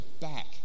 back